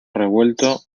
revuelto